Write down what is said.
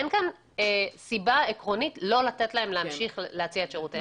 אין כאן סיבה עקרונית לא לתת להם להמשיך להציע את שירותיהם.